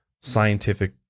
scientific